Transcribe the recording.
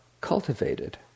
cultivated